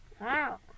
Wow